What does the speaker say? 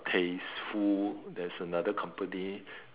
tasteful there's another company